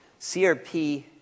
CRP